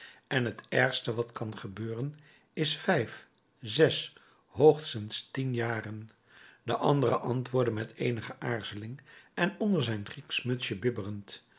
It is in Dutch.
en het ergste wat kan gebeuren is vijf zes hoogstens tien jaren de andere antwoordde met eenige aarzeling en onder zijn grieksch mutsje bibberend